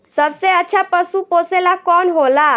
सबसे अच्छा पशु पोसेला कौन होला?